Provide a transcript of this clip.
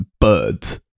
birds